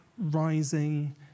rising